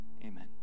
Amen